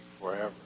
forever